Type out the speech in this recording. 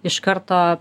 iš karto